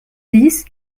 dix